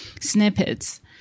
snippets